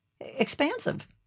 expansive